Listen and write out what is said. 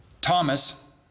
Thomas